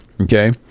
okay